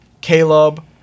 Caleb